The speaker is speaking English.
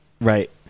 Right